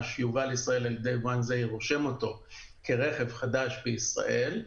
שיובא על ידי יבואן זעיר כרכב חדש בישראל,